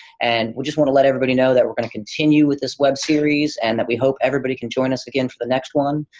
and we just wanna let everybody know that we're gonna continue with this web series and that we hope everybody can join us again for the next one.